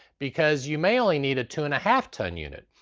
because you may only need a two and a half ton unit.